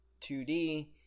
2D